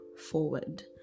forward